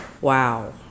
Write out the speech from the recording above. wow